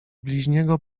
bliźniego